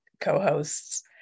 co-hosts